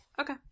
Okay